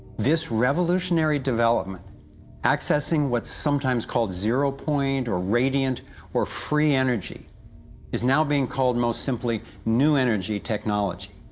this revolutionary development accessing what's sometimes called zero point, or radiant or free energy is now being called, most simply new energy technology.